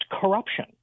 corruption